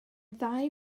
ddau